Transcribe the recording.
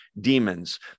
demons